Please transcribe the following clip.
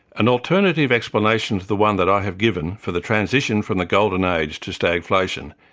an alternative explanation to the one that i have given for the transition from the golden age to staglfation,